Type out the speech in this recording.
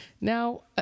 Now